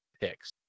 picks